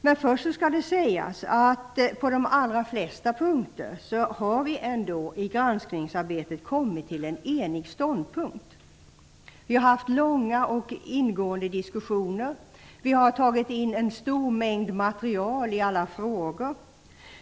Men det skall först sägas att vi på de allra flesta punkter i granskningsarbetet ändå har kommit fram till en enig ståndpunkt. Vi har haft långa och ingående diskussioner. Vi har tagit in en stor mängd material i alla frågor.